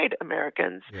Americans